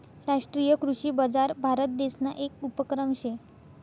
राष्ट्रीय कृषी बजार भारतदेसना येक उपक्रम शे